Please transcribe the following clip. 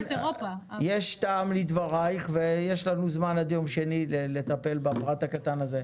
יש טעם לדבריך ויש לנו זמן עד יום שני לטפל בפרט הקטן הזה.